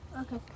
Okay